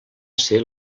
ser